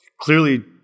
clearly